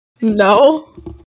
no